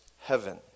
heaven